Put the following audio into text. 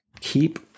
keep